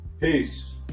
Peace